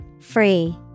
Free